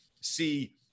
see